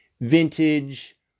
vintage